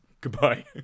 Goodbye